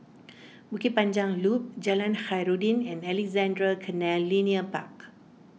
Bukit Panjang Loop Jalan Khairuddin and Alexandra Canal Linear Park